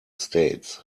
states